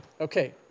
Okay